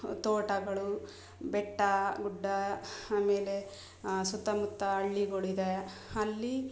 ತೋಟಗಳು ಬೆಟ್ಟ ಗುಡ್ಡ ಆಮೇಲೆ ಸುತ್ತಮುತ್ತ ಹಳ್ಳಿಗುಳಿದೆ ಅಲ್ಲಿ